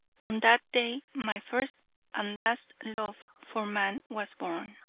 on that day my first and last love for man was born.